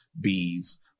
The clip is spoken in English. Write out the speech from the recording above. bees